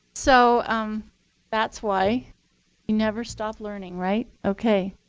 so that's why you never stop learning, right? ok.